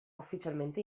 ufficialmente